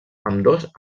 ambdós